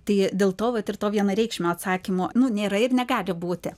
tai dėl to vat ir to vienareikšmio atsakymo nu nėra ir negali būti